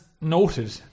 noted